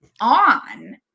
on